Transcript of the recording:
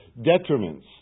detriments